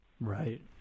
Right